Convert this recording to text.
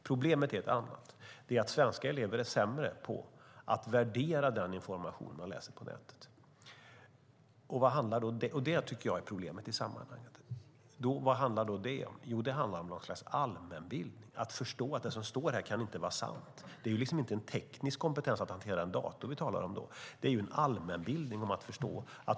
Problemet är ett annat, nämligen att svenska elever är sämre på att värdera den information de läser på nätet. Det är problemet i sammanhanget, tycker jag. Vad handlar detta om? Jo, om allmänbildning och att förstå att allt som står inte är sant. Det är inte den tekniska kompetensen för att hantera en dator vi talar om då utan allmänbildning.